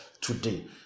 today